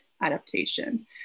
adaptation